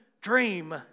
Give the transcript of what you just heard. dream